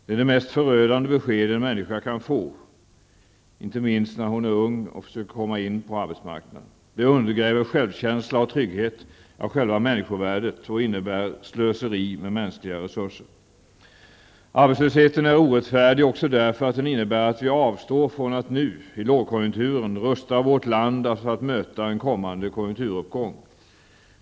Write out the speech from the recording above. Det är det mest förödande besked en människa kan få -- inte minst när hon är ung och försöker komma in på arbetsmarknaden -- det undergräver självkänsla och trygghet, ja själva människovärdet och innebär slöseri med mänskliga resurser. Arbetslösheten är orättfärdig också därför att den innebär att vi avstår från att nu, i lågkonjunkturen, rusta vårt land för att möta en kommande konjunkturuppgång.